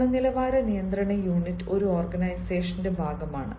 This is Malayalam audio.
ഈ ഗുണനിലവാര നിയന്ത്രണ യൂണിറ്റ് ഒരു ഓർഗനൈസേഷന്റെ ഭാഗമാണ്